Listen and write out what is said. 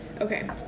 Okay